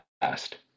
past